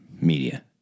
media